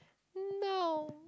no